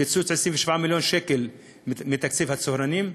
קיצוץ 27 מיליון שקל מתקציב הצהרונים,